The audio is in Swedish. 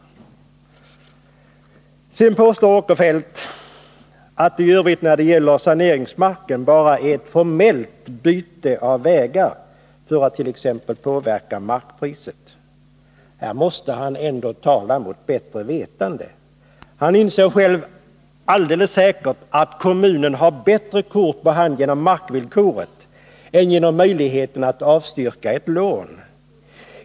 För det andra påstår Sven Eric Åkerfeldt att det när det gäller saneringsmark bara är fråga om ett formellt byte av vägar för att t.ex. påverka markpriset. Här måste han ändå tala mot bättre vetande. Han inser helt säkert själv att kommunen har bättre kort på hand genom markvillkoret än genom möjligheten att avstyrka ett lån.